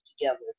together